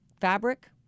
fabric